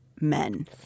men